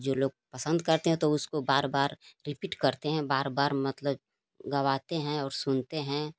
जो लोग पसंद करते हैं तो उसको बार बार रिपिट करते हैं बार बार मतलब गवाते हैं और सुनते हैं